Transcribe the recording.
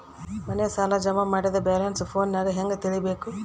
ಮನೆ ಸಾಲ ಜಮಾ ಮಾಡಿದ ಬ್ಯಾಲೆನ್ಸ್ ಫೋನಿನಾಗ ಹೆಂಗ ತಿಳೇಬೇಕು?